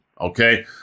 okay